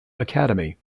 academy